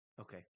okay